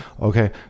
okay